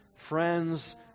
Friends